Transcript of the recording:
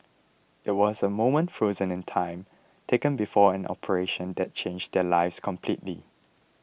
it was a moment frozen in time taken before an operation that changed their lives completely